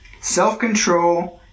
self-control